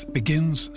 begins